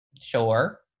Sure